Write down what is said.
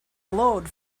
glowed